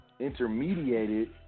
Intermediated